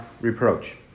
reproach